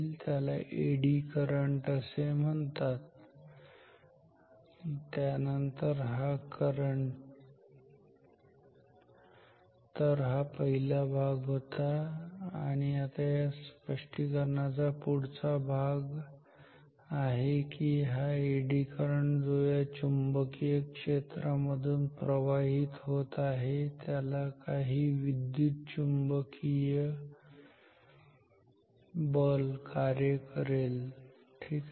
त्याला आपण eddy current असे म्हणतो आणि त्यानंतर हा करंट तर हा पहिला भाग होता आणि या स्पष्टीकरणचा पुढचा भाग आहे की हा एडी करंट जो या चुंबकीय क्षेत्रामधून प्रवाहित होत आहे त्याला काही विद्युतचुंबकीय बल कार्य करेल ठीक आहे